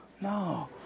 No